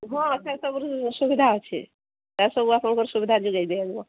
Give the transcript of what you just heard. ହଁ ସେ ସବୁରୁ ସୁବିଧା ଅଛି ସେ ସବୁ ଆପଣଙ୍କର ସୁବିଧା ଯୋଗାଇ ଦିଆଯିବ